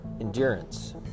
Endurance